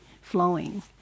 flowing